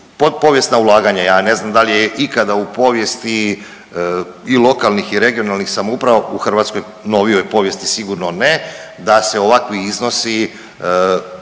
povijesna ulaganja, ja ne znam da li je ikada u povijesti i lokalnih i regionalnih samouprava u hrvatskoj novijoj povijesti sigurno ne da se ovakvi iznosi